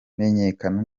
neza